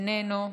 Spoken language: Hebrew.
איננו,